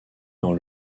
dans